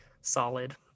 Solid